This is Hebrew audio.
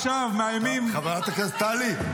חברת הכנסת טלי.